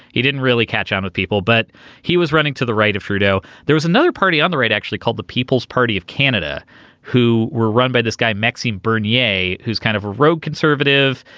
he didn't really catch on with people but he was running to the right of trudeau. there was another party on the right actually called the people's party of canada who were run by this guy maxine byrne yay who's kind of a rogue conservative.